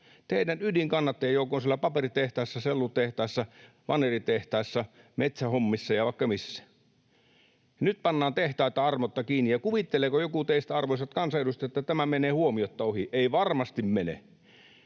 Teidän ydinkannattajajoukkonne on siellä paperitehtaissa, sellutehtaissa, vaneritehtaissa, metsähommissa ja vaikka missä. Nyt pannaan tehtaita armotta kiinni. Kuvitteleeko joku teistä, arvoisat kansanedustajat, että tämä menee huomiotta ohi? Ei varmasti mene.